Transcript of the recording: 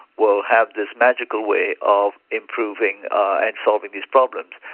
will have this magical way of improving and solving these problems.